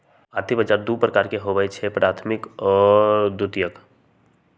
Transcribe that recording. आर्थिक बजार दू प्रकार के होइ छइ प्राथमिक आऽ द्वितीयक